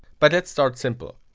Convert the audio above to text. but let's start simple.